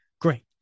great